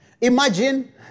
Imagine